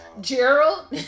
Gerald